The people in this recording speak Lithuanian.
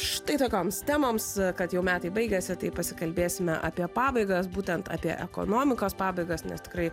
štai tokioms temoms kad jau metai baigiasi tai pasikalbėsime apie pabaigas būtent apie ekonomikos pabaigas nes tikrai